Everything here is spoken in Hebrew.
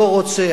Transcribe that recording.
לא רוצה,